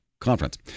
Conference